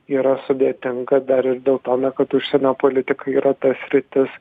yra sudėtinga dar ir dėl tona kad užsienio politika yra ta sritis